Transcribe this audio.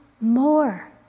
more